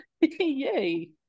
Yay